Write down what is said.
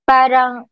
Parang